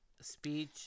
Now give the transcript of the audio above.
Speech